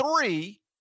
three